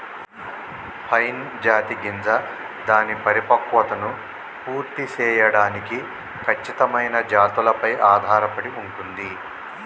pine జాతి గింజ దాని పరిపక్వతను పూర్తి సేయడానికి ఖచ్చితమైన జాతులపై ఆధారపడి ఉంటుంది